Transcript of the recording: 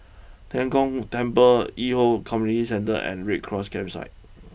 Tian Kong Temple Hwi Yoh Community Centre and Red Cross Campsite